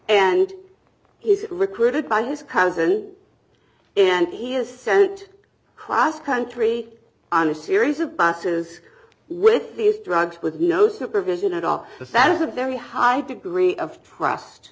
and he's recruited by his cousin and he has sent her ass country on a series of buses with these drugs with no supervision at all the sands a very high degree of trust